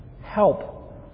Help